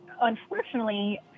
unfortunately